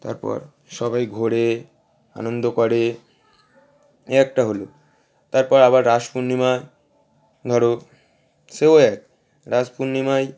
তারপর সবাই ঘোরে আনন্দ করে এ একটা হলো তারপর আবার রাস পূর্ণিমা ধরো সেও এক রাস পূর্ণিমায়